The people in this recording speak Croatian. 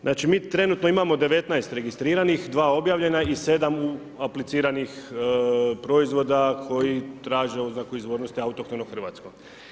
Znači mi trenutno imamo 19 registriranih, 2 objavljena i 7 apliciranih proizvoda koji traže oznaku izvornosti autohtono Hrvatsko.